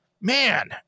man